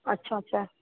अच्छा अच्छा